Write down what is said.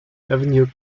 avenue